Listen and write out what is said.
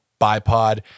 bipod